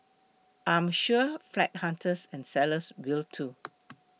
I am sure flat hunters and sellers will too